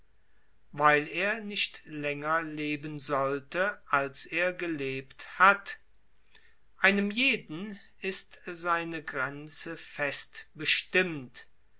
weil er nicht länger leben sollte als er gelebt hat einem jeden ist seine grenze